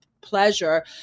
pleasure